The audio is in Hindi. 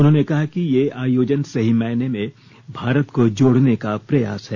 उन्होंने कहा कि ये आयोजन सही मायने में भारत को जोड़ने का प्रयास है